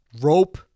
rope